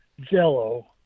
jello